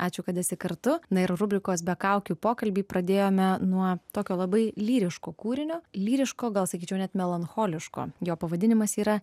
ačiū kad esi kartu na ir rubrikos be kaukių pokalbį pradėjome nuo tokio labai lyriško kūrinio lyriško gal sakyčiau net melancholiško jo pavadinimas yra